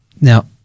now